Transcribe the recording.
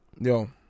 Yo